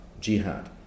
jihad